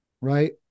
right